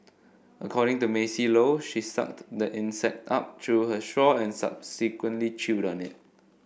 according to Maisie Low she sucked the insect up through her straw and subsequently chewed on it